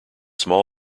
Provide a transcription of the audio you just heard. small